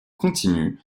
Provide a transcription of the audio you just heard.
continue